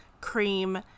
cream